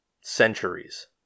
centuries